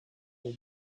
will